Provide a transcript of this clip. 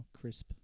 Crisp